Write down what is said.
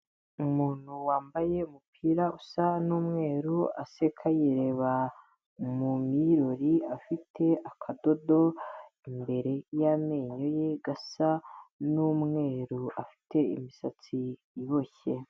Umuntu wambaye umupira usa n'umweru aseka yireba mu mirori afite akadodo imbere yamenyo ye gasa n'umweru afite imisatsi iboshye.